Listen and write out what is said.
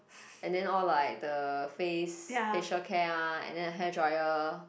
and then all like the face facial care and then the hairdryer